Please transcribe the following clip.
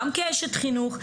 גם כאשת חינוך,